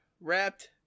wrapped